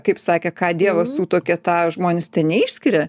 kaip sakė ką dievas sutuokė tą žmonės teneišskiria